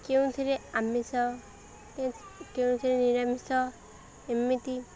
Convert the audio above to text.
କେଉଁଥିରେ ଆମିଷ କେଉଁ କେଉଁଥିରେ ନିରାମିଷ ଏମିତି